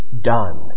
done